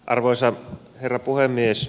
arvoisa herra puhemies